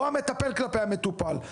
או המטפל כלפי המטופל.